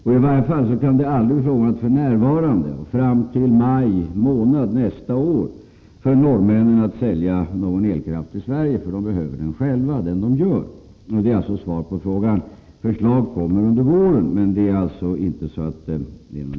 För norrmännen kan det i varje fall aldrig bli fråga om att f. n., fram till maj månad nästa år, sälja någon elkraft till Sverige, för de behöver den själva. Det är svar på frågan. Förslag kommer under våren. Det är alltså ingen överhängande brådska.